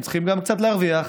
הם צריכים גם קצת להרוויח,